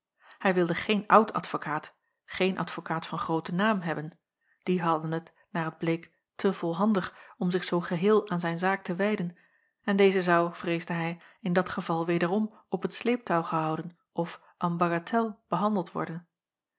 hij wilde geen oud advokaat geen advokaat van grooten naam hebben die hadden het naar het bleek te volhandig om zich zoo geheel aan zijne zaak te wijden en deze zou vreesde hij in dat geval wederom op het sleeptouw gehouden of en bagatelle behandeld worden